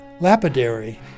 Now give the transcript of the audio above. lapidary